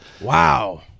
wow